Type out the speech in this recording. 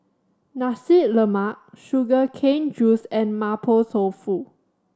Nasi Lemak sugar cane juice and Mapo Tofu